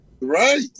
Right